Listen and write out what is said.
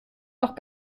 noch